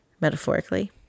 metaphorically